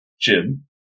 Jim